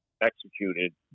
executed